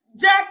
Jack